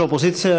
ראש האופוזיציה,